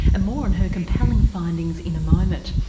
and more on her compelling findings in a moment.